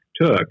took